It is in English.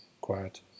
Quiet